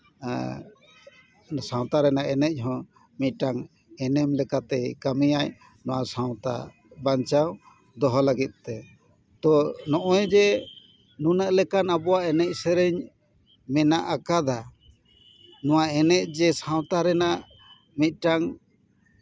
ᱥᱟᱶᱛᱟ ᱨᱮᱱᱟᱜ ᱮᱱᱮᱡ ᱦᱚᱸ ᱢᱤᱫᱴᱟᱝ ᱮᱱᱮᱢ ᱞᱮᱠᱟ ᱛᱮᱭ ᱠᱟᱹᱢᱤᱭᱟᱭ ᱱᱚᱣᱟ ᱥᱟᱶᱛᱟ ᱵᱟᱧᱪᱟᱣ ᱫᱚᱦᱚ ᱞᱟᱹᱜᱤᱫ ᱛᱮ ᱛᱚ ᱱᱚᱜᱼᱚᱭ ᱡᱮ ᱱᱩᱱᱟᱹᱜ ᱞᱮᱠᱟᱱ ᱟᱵᱚᱣᱟᱜ ᱮᱱᱮᱡ ᱥᱮᱨᱮᱧ ᱢᱮᱱᱟᱜ ᱟᱠᱟᱫᱟ ᱱᱚᱣᱟ ᱮᱱᱮᱡ ᱡᱮ ᱥᱟᱶᱛᱟ ᱨᱮᱱᱟᱜ ᱢᱤᱫᱴᱟᱝ